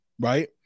right